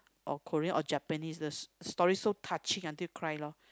or Korean or Japanese the st~ story so touching until cry lor